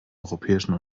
europäischen